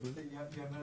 הסכמה על מה?